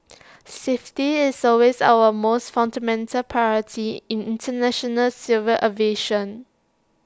safety is always our most fundamental priority in International civil aviation